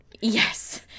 yes